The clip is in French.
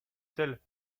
sel